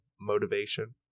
motivation